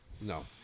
No